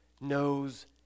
knows